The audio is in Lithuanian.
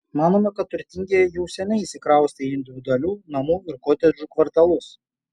manome kad turtingieji jau seniai išsikraustė į individualių namų ir kotedžų kvartalus